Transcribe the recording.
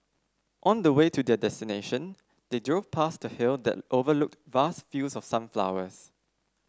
on the way to their destination they drove past a hill that overlooked vast fields of sunflowers